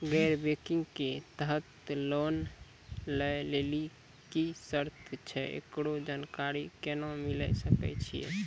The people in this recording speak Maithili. गैर बैंकिंग के तहत लोन लए लेली की सर्त छै, एकरो जानकारी केना मिले सकय छै?